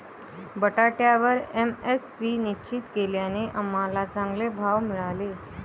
बटाट्यावर एम.एस.पी निश्चित केल्याने आम्हाला चांगले भाव मिळाले